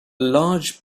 large